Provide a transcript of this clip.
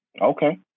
Okay